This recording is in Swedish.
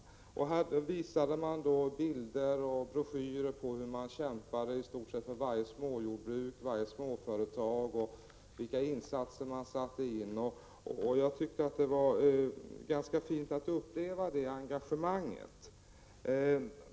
På länsstyrelsen visade man bilder och broschyrer på hur man kämpade, i stort sett för varje småjordbruk, varje småföretag, och vilka insatser man satte in. Jag tyckte att det var ganska fint att få uppleva det engagemanget.